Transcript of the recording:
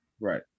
right